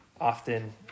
often